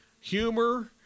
humor